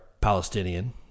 Palestinian